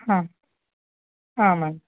ಹಾಂ ಹಾಂ ಮ್ಯಾಮ್